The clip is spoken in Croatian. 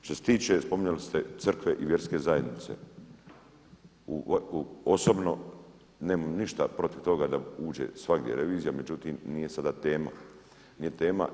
Što se tiče, spominjali ste crkve i vjerske zajednice, osobno nemam ništa protiv toga da uđe svagdje revizija, međutim, nije sada tema, nije tema.